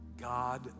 God